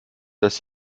dass